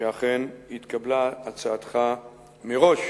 שאכן התקבלה הצעתך מראש,